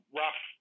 rough